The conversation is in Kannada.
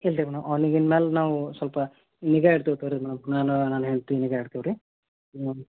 ಇಲ್ರಿ ಮೇಡಮ್ ಅವ್ನಿಗೆ ಇನ್ಮೇಲ್ ನಾವು ಸ್ವಲ್ಪ ನಿಗಾ ಇಟ್ಟಿರ್ತೀವಿ ರೀ ಮೇಡಮ್ ನಾನು ನನ್ನ ಹೆಂಡ್ತಿ ನಿಗಾ ಇಡ್ತೀವಿ ರೀ ಹ್ಞೂ